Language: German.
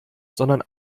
sondern